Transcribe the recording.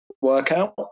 workout